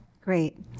Great